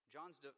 John's